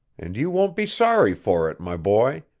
and you won't be sorry for it, my boy.